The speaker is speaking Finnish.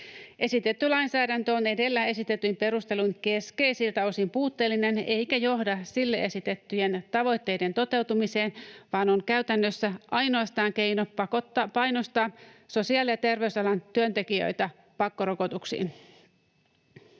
Esitetty lainsäädäntö on edellä esitetyin perusteluin keskeisiltä osin puutteellinen eikä johda sille esitettyjen tavoitteiden toteutumiseen, vaan on käytännössä ainoastaan keino painostaa sosiaali- ja terveysalan työntekijöitä pakkorokotuksiin.